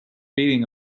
beating